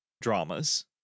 dramas